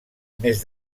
més